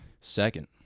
Second